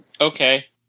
Okay